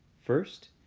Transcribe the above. first,